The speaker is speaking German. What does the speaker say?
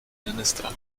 minister